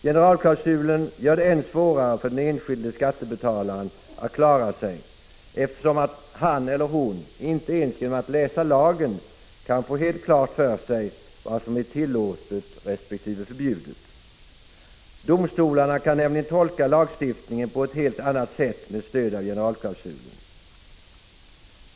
Generalklausulen gör det ännu svårare för den enskilde skattebetalaren att klara sig, eftersom han eller hon inte ens genom att läsa lagen kan få helt klart för sig vad som är tillåtet resp. förbjudet. Domstolarna kan nämligen tolka lagstiftningen på ett helt annat sätt med stöd av generalklausulen.